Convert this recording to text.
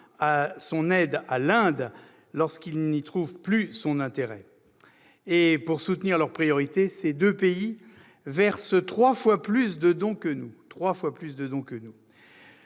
à son aide à l'Inde lorsqu'il n'y trouve plus son intérêt. Et, pour soutenir leurs priorités, ces deux pays versent trois fois plus de dons que nous.